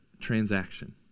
transaction